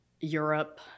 Europe